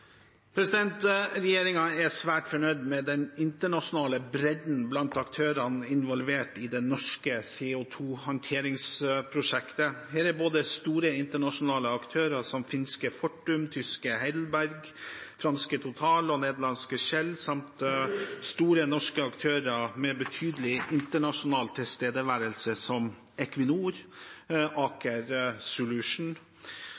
er svært fornøyd med den internasjonale bredden blant aktørene involvert i det norske CO 2 -håndteringsprosjektet. Her er store internasjonale aktører, som finske Fortum, tyske Heidelberg, franske Total og nederlandske Shell, samt store norske aktører med betydelig internasjonal tilstedeværelse, som Equinor